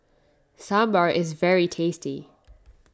Sambar is very tasty